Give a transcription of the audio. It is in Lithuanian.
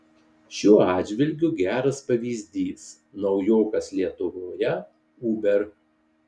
šiuo atžvilgiu geras pavyzdys naujokas lietuvoje uber